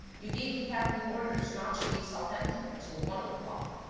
you gave the captain orders not to reach southampton until one o'clock.